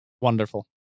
Wonderful